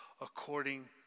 according